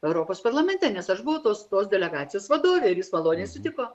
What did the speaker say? europos parlamente nes aš buvau tos tos delegacijos vadovė ir jis maloniai sutiko